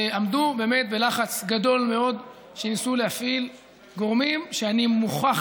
עמדו באמת בלחץ גדול מאוד שניסו להפעיל גורמים שאני מוכרח